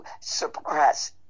suppress